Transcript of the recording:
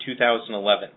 2011